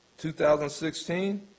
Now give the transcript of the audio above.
2016